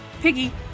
Piggy